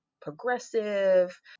progressive